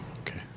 Okay